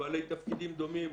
בעלי תפקידים דומים,